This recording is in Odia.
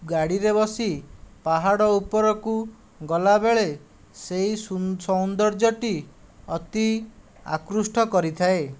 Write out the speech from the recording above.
ଗାଡ଼ିରେ ବସି ପାହାଡ଼ ଉପରକୁ ଗଲା ବେଳେ ସେହି ସୌନ୍ଦର୍ଯ୍ୟଟି ଅତି ଆକୃଷ୍ଟ କରିଥାଏ